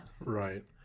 right